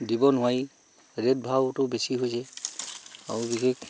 দিব নোৱাৰি ৰেট ভাওটো বেছি হৈছে আৰু বিশেষ